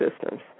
systems